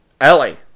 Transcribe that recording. Ellie